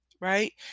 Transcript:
Right